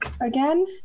again